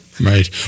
Right